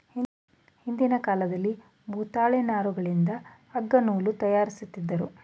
ಹಿಂದಿನ ಕಾಲದಲ್ಲಿ ಭೂತಾಳೆ ನಾರುಗಳಿಂದ ಅಗ್ಗ ನೂಲು ತಯಾರಿಸುತ್ತಿದ್ದರು